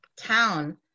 town